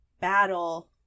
battle